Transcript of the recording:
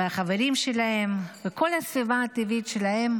מהחברים שלהם ומכל הסביבה הטבעית שלהם,